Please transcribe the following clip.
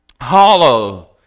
hollow